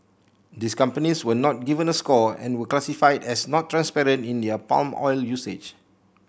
these companies were not given a score and were classified as not transparent in their palm oil usage